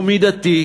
הוא מידתי,